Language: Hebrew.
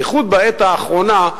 בייחוד בעת האחרונה,